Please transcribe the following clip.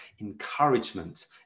encouragement